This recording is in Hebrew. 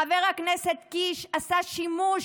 חבר הכנסת קיש עשה שימוש